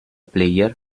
player